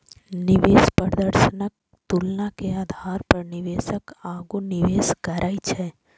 निवेश प्रदर्शनक तुलना के आधार पर निवेशक आगू निवेश करै छै